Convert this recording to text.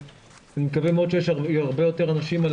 אני מקווה מאוד שיש הרבה יותר אנשים על